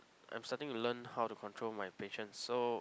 I am starting to learn how to control my patience so